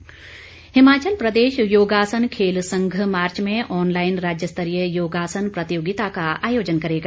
योग हिमाचल प्रदेश योगासन खेल संघ मार्च में ऑनलाईन राज्यस्तरीय योगासन प्रतियोगिता का आयोजन करेगा